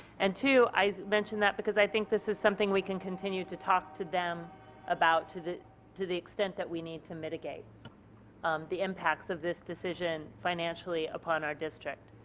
and two, i mention that because i think this is something that we can continue to talk to them about to the to the extent that we need to mitigate the impacts of this decision financially upon our district.